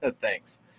Thanks